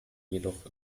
jedoch